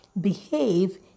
behave